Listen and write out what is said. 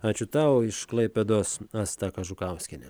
ačiū tau iš klaipėdos asta kažukauskienė